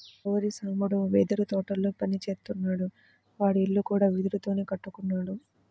మా ఊరి సాంబడు వెదురు తోటల్లో పని జేత్తాడు, వాడి ఇల్లు కూడా వెదురుతోనే కట్టుకున్నాడు